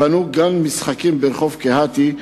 בנו גן-משחקים ברחוב קהתי.